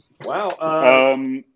Wow